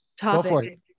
topic